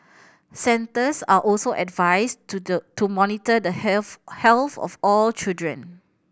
centres are also advised to the to monitor the health health of all children